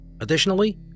Additionally